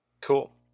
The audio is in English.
Cool